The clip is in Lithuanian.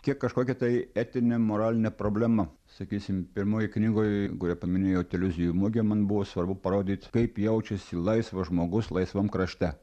kiek kažkokia tai etinė moralinė problema sakysim pirmoj knygoj kur paminėjot iliuzijų mugė man buvo svarbu parodyt kaip jaučiasi laisvas žmogus laisvam krašte